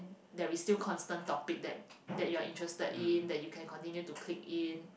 there's still constant topic that that you're interested in that you can continue to clique in